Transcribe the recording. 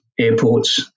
airports